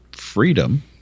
Freedom